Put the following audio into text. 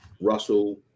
Russell